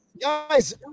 Guys